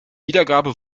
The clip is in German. wiedergabe